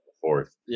fourth